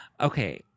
okay